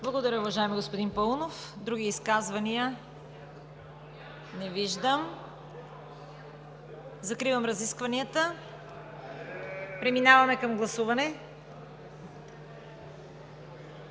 Благодаря, уважаеми господин Паунов. Други изказвания? Не виждам. Закривам разискванията. Преминаваме към гласуване.